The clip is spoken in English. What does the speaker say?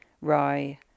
Rye